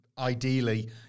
Ideally